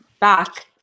back